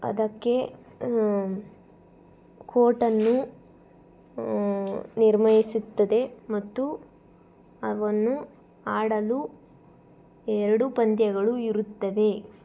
ಅದಕ್ಕೆ ಕೋರ್ಟನ್ನು ನಿರ್ಮಯಿಸುತ್ತದೆ ಮತ್ತು ಅವನ್ನು ಆಡಲು ಎರಡು ಪಂದ್ಯಗಳು ಇರುತ್ತವೆ